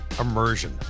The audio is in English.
Immersion